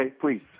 please